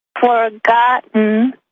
forgotten